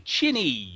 Chinny